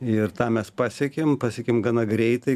ir tą mes pasiekėm pasiekėm gana greitai